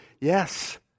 Yes